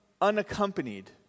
unaccompanied